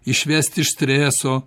išvesti iš streso